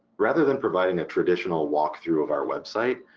rather than providing a traditional walkthrough of our website,